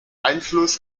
einfluss